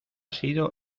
sido